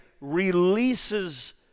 releases